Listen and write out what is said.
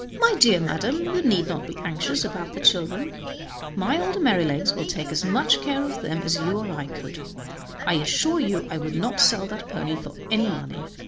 my dear madam, you need not be anxious about the children my old merrylegs will take as much care of them as you or i could i assure you i would not sell that pony for any money,